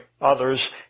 others